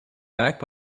back